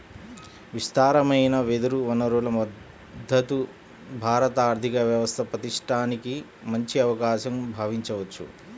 విస్తారమైన వెదురు వనరుల మద్ధతు భారత ఆర్థిక వ్యవస్థ పటిష్టానికి మంచి అవకాశంగా భావించవచ్చు